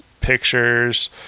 pictures